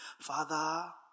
Father